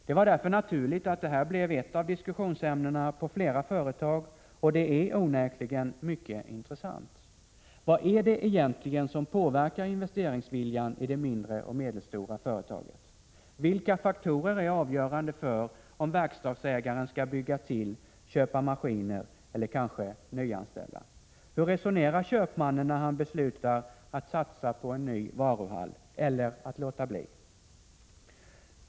Det var därför naturligt att det här blev ett av diskussionsämnena på flera företag, och det är onekligen mycket intressant. Vad är det egentligen som påverkar investeringsviljan i det mindre och medelstora företaget? Vilka faktorer är avgörande för om verkstadsägaren skall bygga till, köpa maskiner eller kanske nyanställa? Hur resonerar köpmannen när han beslutar att satsa på en ny varuhall — eller att låta bli?